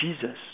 Jesus